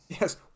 Yes